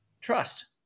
Trust